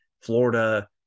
Florida